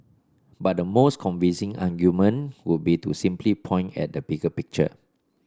but the most convincing argument would be to simply point at the bigger picture